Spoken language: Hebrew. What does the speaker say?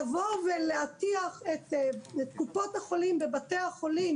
לבוא ולהטיח את קופות החולים בבתי החולים